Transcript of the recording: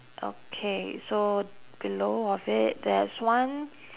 okay so below of it there's one